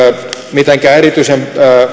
mitenkään erityisen